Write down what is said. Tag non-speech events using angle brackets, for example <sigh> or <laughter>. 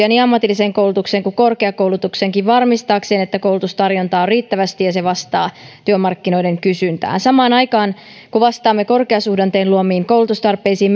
<unintelligible> niin ammatilliseen koulutukseen kuin korkeakoulutukseenkin varmistaakseen että koulutustarjontaa on riittävästi ja se vastaa työmarkkinoiden kysyntään samaan aikaan kun vastaamme korkeasuhdanteen luomiin koulutustarpeisiin <unintelligible>